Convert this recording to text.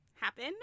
happen